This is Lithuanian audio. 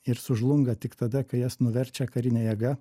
ir sužlunga tik tada kai jas nuverčia karine jėga